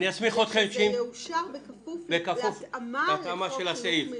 אני מציעה שזה יאושר בכפוף להתאמה לחוק חינוך מיוחד,